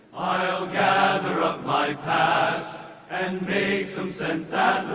i'll gather up my past and make some sense